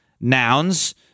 nouns